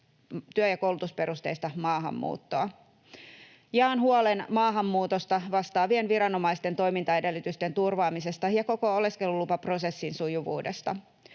työ- ja koulutusperusteista maahanmuuttoa. Jaan huolen maahanmuutosta vastaavien viranomaisten toimintaedellytysten turvaamisesta ja koko oleskelulupaprosessin sujuvuudesta.